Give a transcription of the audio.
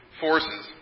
forces